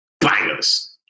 bangers